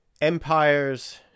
empires